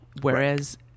Whereas